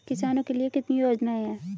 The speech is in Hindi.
किसानों के लिए कितनी योजनाएं हैं?